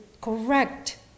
correct